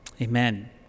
amen